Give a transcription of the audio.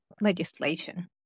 legislation